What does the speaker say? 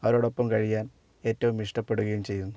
അവരോടൊപ്പം കഴിയാൻ ഏറ്റവും ഇഷ്ടപ്പെടുകയും ചെയ്യുന്നു